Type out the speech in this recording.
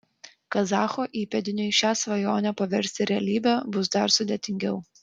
kazacho įpėdiniui šią svajonę paversti realybe bus dar sudėtingiau